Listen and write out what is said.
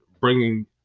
bringing